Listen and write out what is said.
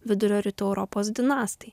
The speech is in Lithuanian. vidurio rytų europos dinastija